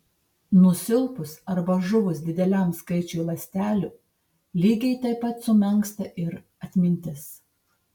nusilpus arba žuvus dideliam skaičiui ląstelių lygiai taip pat sumenksta ir atmintis